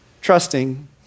trusting